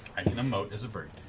i can emote as a bird.